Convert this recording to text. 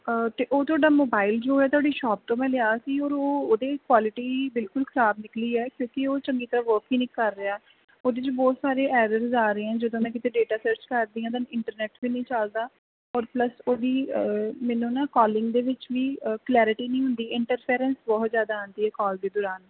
ਅਤੇ ਉਹ ਤੁਹਾਡਾ ਮੁਬਾਇਲ ਜੋ ਹੈ ਤੁਹਾਡੀ ਸ਼ੋਪ ਤੋਂ ਮੈਂ ਲਿਆ ਸੀ ਔਰ ਉਹ ਉਹਦੇ ਕੁਆਲਟੀ ਬਿਲਕੁਲ ਖਰਾਬ ਨਿਕਲੀ ਹੈ ਕਿਉਂਕਿ ਉਹ ਚੰਗੀ ਤਰ੍ਹਾਂ ਵਰਕ ਹੀ ਨਹੀਂ ਕਰ ਰਿਹਾ ਉਹਦੇ 'ਚ ਬਹੁਤ ਸਾਰੇ ਐਰਰਸ ਆ ਰਹੇ ਹੈ ਜਦੋਂ ਮੈਂ ਕਿਤੇ ਡੇਟਾ ਸਰਚ ਕਰਦੀ ਹਾਂ ਦੈਨ ਇੰਟਰਨੈਟ ਵੀ ਨਹੀਂ ਚਲਦਾ ਔਰ ਪਲੱਸ ਉਹਦੀ ਮੈਨੂੰ ਨਾ ਕੋਲਿੰਗ ਦੇ ਵਿੱਚ ਵੀ ਕਲੈਰਟੀ ਨਹੀਂ ਹੁੰਦੀ ਇੰਟਰਫੇਰੇਂਸ ਬਹੁਤ ਜ਼ਿਆਦਾ ਆਉਂਦੀ ਹੈ ਕੋਲ ਦੇ ਦੋਰਾਨ